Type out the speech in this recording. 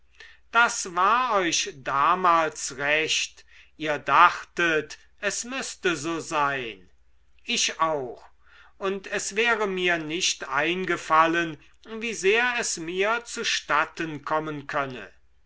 das war euch damals recht ihr dachtet es müßte so sein ich auch und es wäre mir nicht eingefallen wie sehr es mir zustatten kommen könne